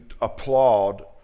applaud